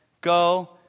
go